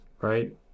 right